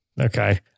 Okay